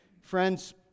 Friends